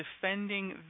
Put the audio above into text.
defending